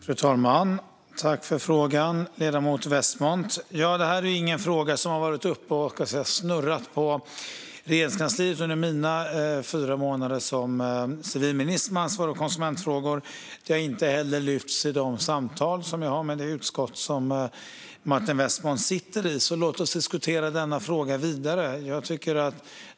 Fru talman! Tack för frågan, ledamoten Westmont! Det här är ingen fråga som har varit uppe och snurrat på Regeringskansliet under mina fyra månader som civilminister med ansvar för konsumentfrågor. Den har inte heller tagits upp i de samtal som jag har med det utskott som Martin Westmont sitter i, så låt oss diskutera denna fråga vidare!